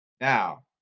Now